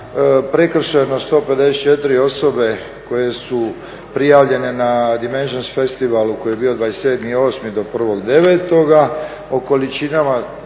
prekršajno 154 osobe koje su prijavljene na Dimensions festivalu koji je bio 27.8.-1.9.,